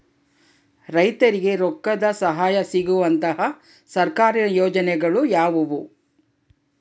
ರೈತರಿಗೆ ರೊಕ್ಕದ ಸಹಾಯ ಸಿಗುವಂತಹ ಸರ್ಕಾರಿ ಯೋಜನೆಗಳು ಯಾವುವು?